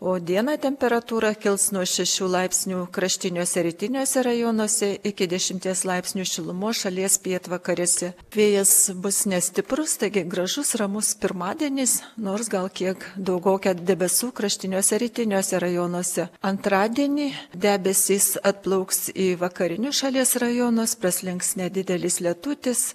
o dieną temperatūra kils nuo šešių laipsnių kraštiniuose rytiniuose rajonuose iki dešimties laipsnių šilumos šalies pietvakariuose vėjas bus nestiprus taigi gražus ramus pirmadienis nors gal kiek daugoka debesų kraštiniuose rytiniuose rajonuose antradienį debesys atplauks į vakarinius šalies rajonus praslinks nedidelis lietutis